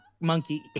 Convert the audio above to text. monkey